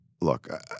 look